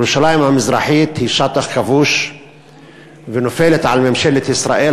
ירושלים המזרחית היא שטח כבוש ונופלת על ממשלת ישראל,